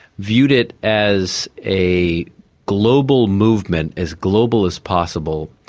viewed it as a global movement, as global as possible,